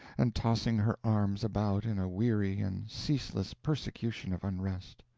and tossing her arms about in a weary and ceaseless persecution of unrest.